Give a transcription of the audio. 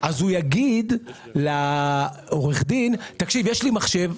הוא יגיד לעורך הדין שיש לי מחשב,